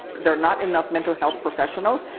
there are not enough mental health professionals,